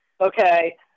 okay